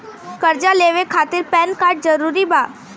कर्जा लेवे खातिर पैन कार्ड जरूरी बा?